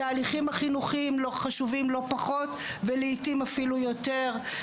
התהליכים החינוכיים חשובים לא פחות ולעתים אפילו יותר.